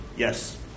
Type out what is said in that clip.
Yes